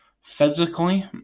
physically